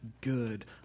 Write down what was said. good